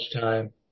time